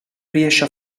riesce